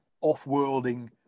off-worlding